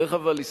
אבל צריך לזכור,